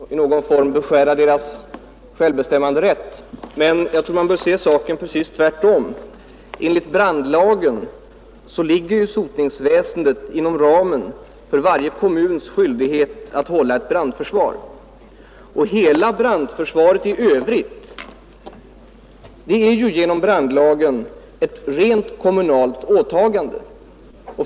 Herr talman! Herr Grebäcks anförande och reservationen utgår från att det skulle vara någonting egendomligt att lägga på kommunerna en ytterligare börda och i någon form beskära deras självbestämmanderätt, men jag tror att man bör se saken precis tvärtom. Enligt brandlagen ligger ju sotningsväsendet inom ramen för varje kommuns skyldighet att hålla ett brandförsvar, och hela brandförsvaret i övrigt är enligt brandlagen ett rent kommunalt åtagande.